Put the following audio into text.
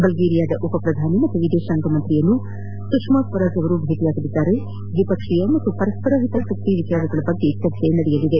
ಬಲ್ಗೇರಿಯಾದ ಉಪಪ್ರಧಾನಿ ಮತ್ತು ವಿದೇತಾಂಗ ಸಚಿವರನ್ನು ಸುಷ್ಮಾ ಸ್ವರಾಜ್ ಭೇಟಿ ಮಾಡಲಿದ್ದು ದ್ವಿಪಕ್ಷೀಯ ಮತ್ತು ಪರಸ್ಪರ ಹಿತಾಸಕ್ತಿಯ ವಿಷಯಗಳ ಕುರಿತು ಚರ್ಚಿಸಲಿದ್ದಾರೆ